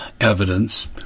evidence